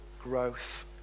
growth